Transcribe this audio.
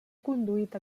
conduït